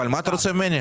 אבל מה אתה רוצה ממני?